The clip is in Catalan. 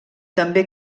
també